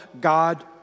God